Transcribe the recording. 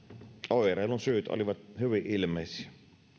oireilun syyt olivat hyvin ilmeisiä